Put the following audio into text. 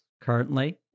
currently